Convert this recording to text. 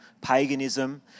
paganism